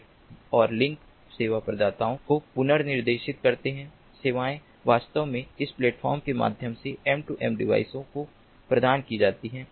app और link सेवा प्रदाताओं को पुनर्निर्देशित करते हैं सेवाएं वास्तव में इस प्लेटफॉर्म के माध्यम से M2M डिवाइसों को प्रदान की जाती हैं